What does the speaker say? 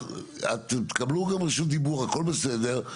אז אתם תקבלו גם רשות דיבור הכל בסדר,